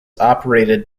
operated